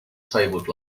tabled